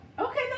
Okay